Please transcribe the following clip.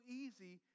easy